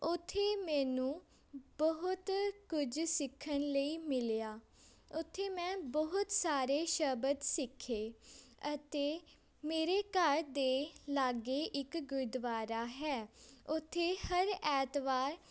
ਉੱਥੇ ਮੈਨੂੰ ਬਹੁਤ ਕੁਝ ਸਿੱਖਣ ਲਈ ਮਿਲਿਆ ਉੱਥੇ ਮੈਂ ਬਹੁਤ ਸਾਰੇ ਸ਼ਬਦ ਸਿੱਖੇ ਅਤੇ ਮੇਰੇ ਘਰ ਦੇ ਲਾਗੇ ਇੱਕ ਗੁਰਦੁਆਰਾ ਹੈ ਉੱਥੇ ਹਰ ਐਤਵਾਰ